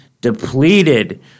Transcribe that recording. depleted